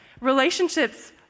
relationships